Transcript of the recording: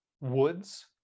Woods